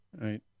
Right